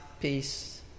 peace